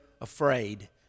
afraid